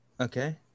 Okay